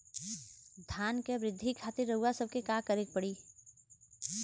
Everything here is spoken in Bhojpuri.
धान क वृद्धि खातिर रउआ सबके का करे के पड़ी?